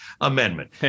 Amendment